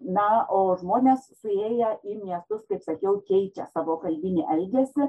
na o žmonės suėję į miestus kaip sakiau keičia savo kalbinį elgesį